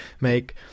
make